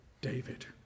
David